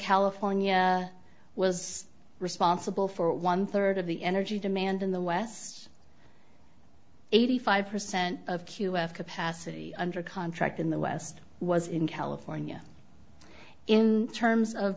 california was responsible for one third of the energy demand in the west eighty five percent of q f capacity under contract in the west was in california in terms of